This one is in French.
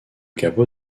capot